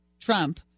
Trump